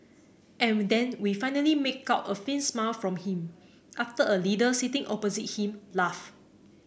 and we then we finally make out a faint smile from him after a leader sitting opposite him laugh